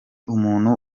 umuntu